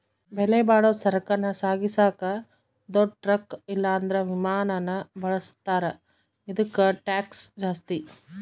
ಬೆಲೆಬಾಳೋ ಸರಕನ್ನ ಸಾಗಿಸಾಕ ದೊಡ್ ಟ್ರಕ್ ಇಲ್ಲಂದ್ರ ವಿಮಾನಾನ ಬಳುಸ್ತಾರ, ಇದುಕ್ಕ ಟ್ಯಾಕ್ಷ್ ಜಾಸ್ತಿ